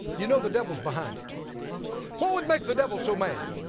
you know the devil is behind it. what would make the devil so mad